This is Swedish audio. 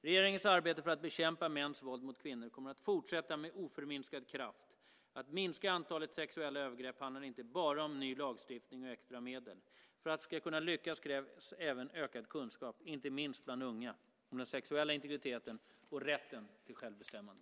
Regeringens arbete för att bekämpa mäns våld mot kvinnor kommer att fortsätta med oförminskad kraft. Att minska antalet sexuella övergrepp handlar inte bara om ny lagstiftning och extra medel. För att vi ska lyckas krävs även ökad kunskap - inte minst bland unga - om den sexuella integriteten och rätten till självbestämmande.